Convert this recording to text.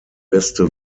beste